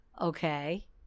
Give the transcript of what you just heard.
okay